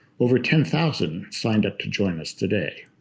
over ten thousand signed up to join us today